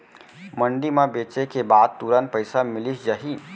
मंडी म बेचे के बाद तुरंत पइसा मिलिस जाही?